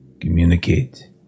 communicate